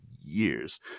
years